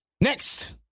Next